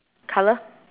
color